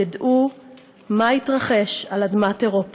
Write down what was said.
ידעו מה התרחש על אדמת אירופה,